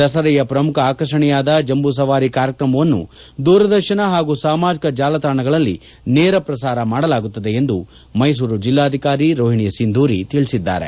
ದಸರೆಯ ಪ್ರಮುಖ ಆಕರ್ಷಣೆಯಾದ ಜಂಬೂ ಸವಾರಿ ಕಾರ್ಯಕ್ರಮವನ್ನು ದೂರದರ್ಶನ ಹಾಗೂ ಸಾಮಾಜಿಕ ಜಾಲತಾಣಗಳಲ್ಲಿ ನೇರ ಪ್ರಸಾರ ಮಾಡಲಾಗುತ್ತದೆ ಎಂದು ಮೈಸೂರು ಜಿಲ್ಲಾಧಿಕಾರಿ ರೋಹಿಣಿ ಸಿಂಧೂರಿ ತಿಳಿಸಿದ್ದಾರೆ